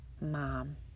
Mom